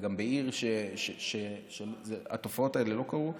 וגם הייתי בעיר שהתופעות האלה לא קרו,